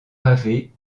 pavée